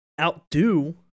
outdo